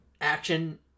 Action